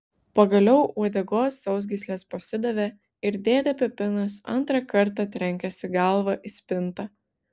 pagaliau uodegos sausgyslės pasidavė ir dėdė pepinas antrą kartą trenkėsi galva į spintą